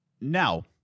Now